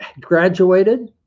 graduated